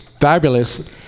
fabulous